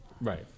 Right